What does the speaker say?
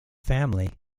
family